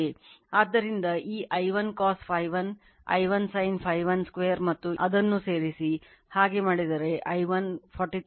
ಆದ್ದರಿಂದ ಈ I1 cos Φ1 I1 sin Φ1 2 ಮತ್ತು ಅದನ್ನು ಸೇರಿಸಿ ಹಾಗೆ ಮಾಡಿದರೆ I1 43